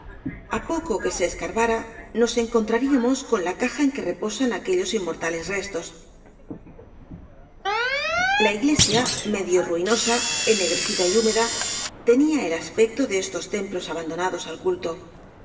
a poco que se escarbara nos encontraríamos con la caja en que reposan aquellos inmortales restos la iglesia medio ruinosa ennegrecida y húmeda tenía el aspecto de estos templos abandonados al culto